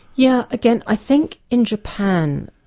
yeah again i think in japan,